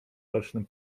rocznym